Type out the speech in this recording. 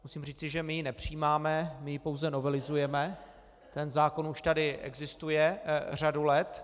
Musím říci, že ji nepřijímáme, my ji pouze novelizujeme, ten zákon už tady existuje řadu let.